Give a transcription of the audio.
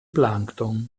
plankton